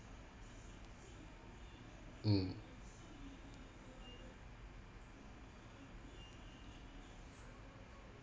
mm